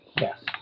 yes